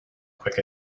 quick